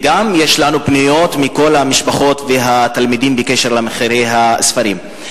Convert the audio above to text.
וגם יש אלינו פניות מכל המשפחות והתלמידים בקשר למחירי הספרים.